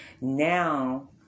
Now